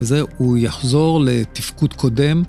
זה הוא יחזור לתפקוד קודם.